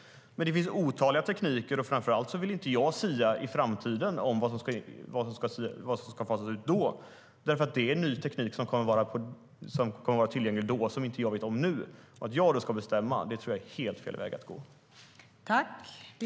Men det finns otaliga tekniker. Framför allt vill jag inte sia om vad som ska fasas ut i framtiden. Det är ny teknik som kommer att vara tillgänglig då och som jag inte vet om nu. Att jag då ska bestämma tror jag är helt fel väg att gå.